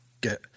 get